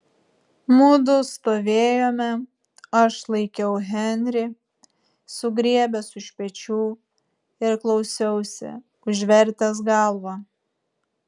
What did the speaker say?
mudu stovėjome aš laikiau henrį sugriebęs už pečių ir klausiausi užvertęs galvą